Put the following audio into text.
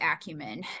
acumen